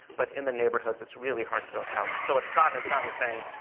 but in the neighborhoods it's really hard to build housing. so what scott has done is saying,